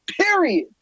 period